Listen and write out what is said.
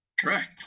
Correct